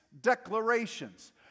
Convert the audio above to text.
declarations